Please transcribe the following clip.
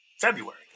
February